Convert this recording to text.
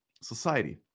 society